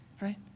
right